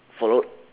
followed